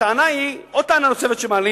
הטענה היא, עוד טענה שמעלים,